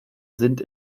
sind